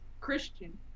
Christian